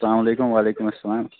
سلام علیکُم وعلیکُم اسلام